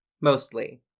mostly